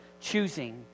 choosing